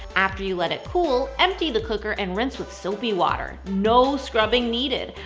after you let it cool empty the cooker and rinse with soapy water. no scrubbing needed.